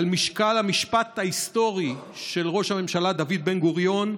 על משקל המשפט ההיסטורי של ראש הממשלה דוד בן-גוריון: